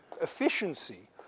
efficiency